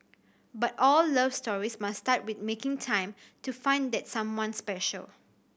but all love stories must start with making time to find that someone special